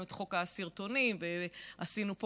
העברנו את חוק הסרטונים ועשינו פה